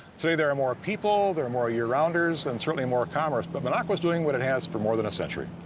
today there are more people, there are more year rounders and certainly more commerce but minocqua is doing what it has for more than a century.